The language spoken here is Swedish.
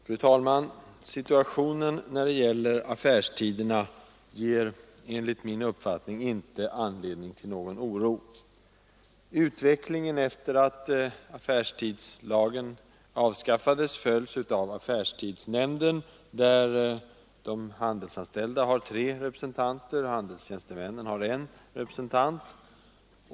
Fru talman! Situationen när det gäller affärstiderna ger enligt min uppfattning inte anledning till någon oro. Utvecklingen efter det att affärstidslagen avskaffades följs av affärstidsnämnden, där de handelsanställda har tre representanter och handelstjänstemännen en representant.